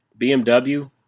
BMW